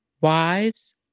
wives